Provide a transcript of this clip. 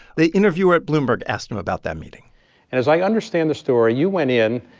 the interviewer at bloomberg asked him about that meeting and as i understand the story, you went in,